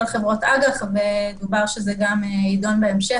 על חברות אג"ח ודובר שזה יידון בהמשך.